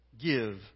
give